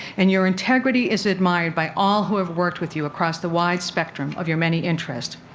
and your integrity is admired by all who have worked with you across the wide spectrum of your many interests.